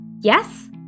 Yes